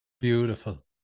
Beautiful